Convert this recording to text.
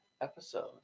episode